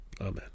Amen